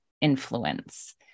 influence